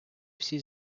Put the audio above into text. всі